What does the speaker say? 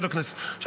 עכשיו,